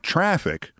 Traffic